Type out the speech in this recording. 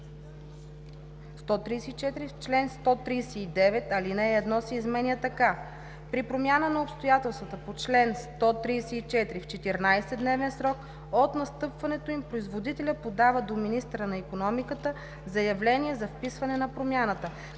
4.В чл. 139 ал. 1 се изменя така: „(1) При промяна на обстоятелствата по чл. 134 в 14-дневен срок от настъпването им производителят подава до министъра на икономиката заявление за вписване на промяната.